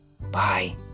Bye